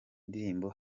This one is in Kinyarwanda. ndirimbo